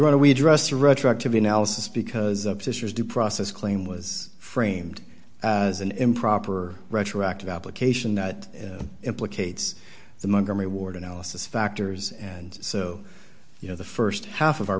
want to be addressed retroactively analysis because of sisters due process claim was framed as an improper retroactive application that implicates the montgomery ward analysis factors and so you know the st half of our